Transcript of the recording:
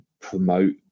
promote